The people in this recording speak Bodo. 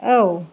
औ